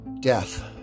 Death